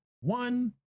One